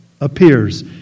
appears